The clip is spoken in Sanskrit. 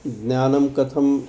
ज्ञानं कथं